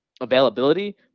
availability